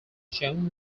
shown